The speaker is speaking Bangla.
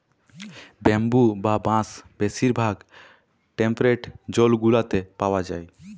ব্যাম্বু বা বাঁশ বেশির ভাগ টেম্পরেট জোল গুলাতে পাউয়া যায়